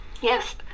Yes